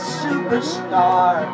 superstar